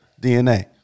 DNA